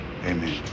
amen